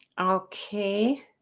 Okay